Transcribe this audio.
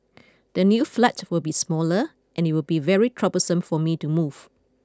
the new flat will be smaller and it will be very troublesome for me to move